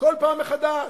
כל פעם מחדש.